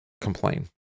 complain